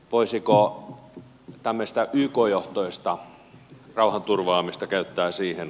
voisiko tämmöistä yk johtoista rauhanturvaamista käyttää siihen